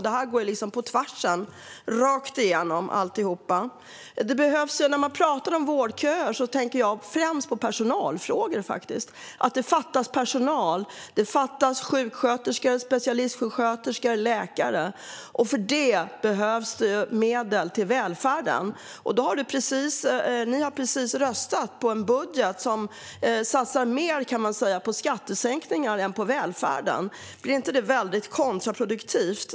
Detta går på tvärs och rakt igenom alltihop. När man talar om vårdköer tänker jag främst på personalfrågor. Det saknas personal, till exempel sjuksköterskor, specialistsjuksköterskor och läkare. För att komma till rätta med det behövs medel till välfärden. Ni har precis röstat på en budget som satsar mer på skattesänkningar än på välfärden. Blir det inte väldigt kontraproduktivt?